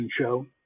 show